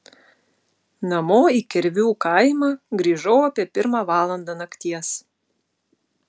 namo į kervių kaimą grįžau apie pirmą valandą nakties